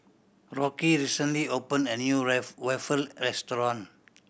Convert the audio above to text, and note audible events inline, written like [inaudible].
Rocky recently opened a new [unintelligible] waffle restaurant